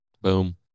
Boom